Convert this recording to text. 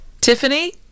Tiffany